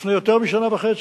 לפני יותר משנה וחצי.